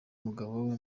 mugabo